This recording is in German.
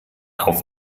auf